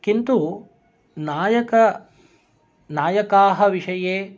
किन्तु नायक नायकाः विषये